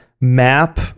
map